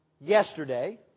yesterday